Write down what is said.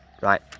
right